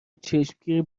چشمگیری